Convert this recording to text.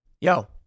Yo